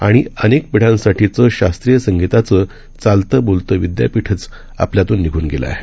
आणिअनेकपिढ्यांसाठीचंशास्त्रीयसंगीताचंचालतंबोलतंविद्यापीठचआपल्यातूननिधूनगेलंआहे